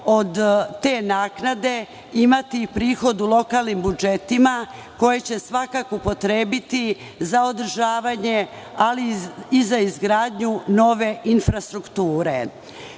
od te naknade imati prihod u lokalnim budžetima koji će svakako upotrebiti za održavanje, ali i za izgradnju nove infrastrukture. Poštovanje